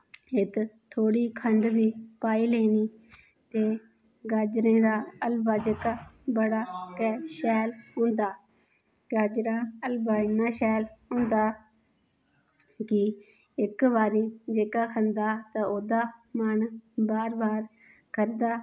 इत्त थोड़ी खण्ड बी पाई लैनी ते गाजरें दा हलबा जेह्का बड़ा गै शैल होंदा गाजरां हलबा इन्ना शैल होंदा कि इक बारीं जेह्का खंदा तां ओह्दा मन बार बार करदा